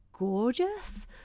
gorgeous